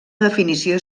definició